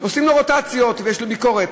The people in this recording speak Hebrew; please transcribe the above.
עושים לו רוטציות ויש עליו ביקורת.